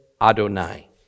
Adonai